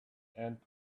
and